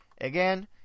Again